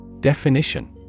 Definition